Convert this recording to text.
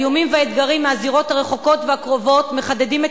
האיומים והאתגרים מהזירות הרחוקות והקרובות מחדדים את